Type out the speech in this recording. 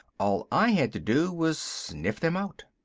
all i had to do was sniff them out.